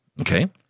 Okay